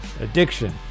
addiction